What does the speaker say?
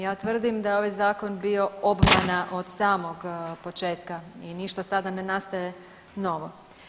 Ja tvrdim da je ovaj Zakon bio obmana od samog početka i ništa sada ne nastaje novo.